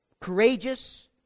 courageous